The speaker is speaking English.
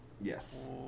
Yes